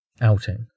Outing